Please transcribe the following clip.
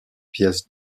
pièces